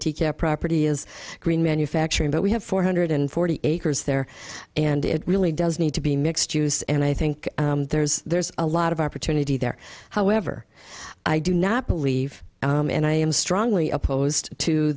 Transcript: teach our property is green manufacturing but we have four hundred forty acres there and it really does need to be mixed use and i think there's there's a lot of opportunity there however i do not believe and i am strongly opposed to